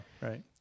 right